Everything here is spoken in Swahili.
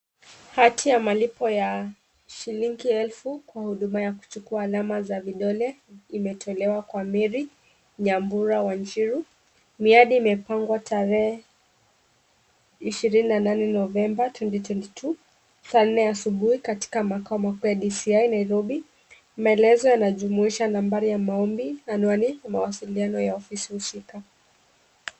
Hati ya malipo ya shilingi elfu kwa huduma ya kuchukua alama za vidole imetolewa kwa Mary Nyambura Wanjiru. Miadi imepangwa tarehe ishirini na nane, Novemba 2022 , saa nne asubuhi katika makao makuu ya DCI Nairobi. Maelezo yanajumuisha nambari ya maombi, anwani na mawasiliano ya ofisi husika.